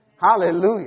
Hallelujah